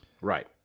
Right